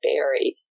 buried